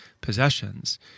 possessions